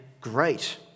great